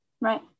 right